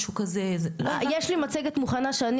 משהו כזה --- יש לי מצגת מוכנה שאני